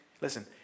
Listen